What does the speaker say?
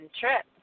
trip